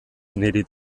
niri